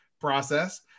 process